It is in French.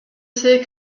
c’est